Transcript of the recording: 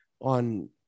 on